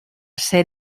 ser